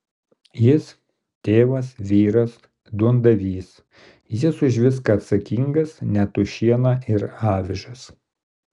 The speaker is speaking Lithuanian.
jis tėvas vyras duondavys jis už viską atsakingas net už šieną ir avižas